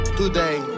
today